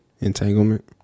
Entanglement